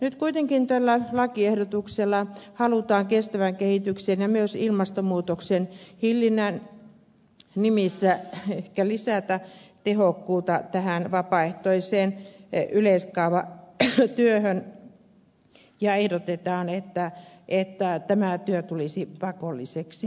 nyt kuitenkin tällä lakiehdotuksella halutaan kestävän kehityksen ja myös ilmastonmuutoksen hillinnän nimissä ehkä lisätä tehokkuutta tähän vapaaehtoiseen yleiskaavatyöhön ja ehdotetaan että tämä työ tulisi pakolliseksi